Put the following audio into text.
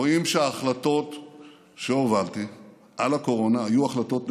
רואים שההחלטות שהובלתי על הקורונה היו החלטות נכונות,